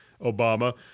Obama